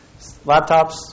Laptops